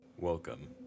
Welcome